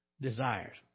desires